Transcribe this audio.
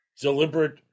deliberate